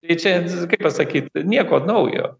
tai čia kaip pasakyt nieko naujo